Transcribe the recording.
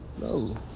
no